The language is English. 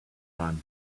man